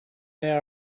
they